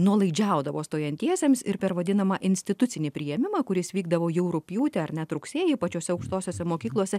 nuolaidžiaudavo stojantiesiems ir per vadinamą institucinį priėmimą kuris vykdavo jau rugpjūtį ar net rugsėjį pačiose aukštosiose mokyklose